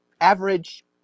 average